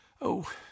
Oh